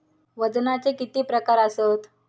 वजनाचे किती प्रकार आसत?